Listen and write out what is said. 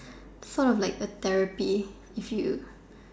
sought of like the therapy if you